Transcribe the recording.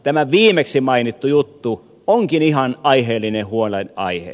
tämä viimeksi mainittu juttu onkin ihan aiheellinen huolenaihe